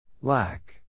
Lack